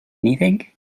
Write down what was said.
anything